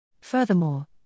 Furthermore